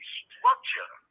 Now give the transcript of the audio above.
structure